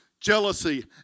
jealousy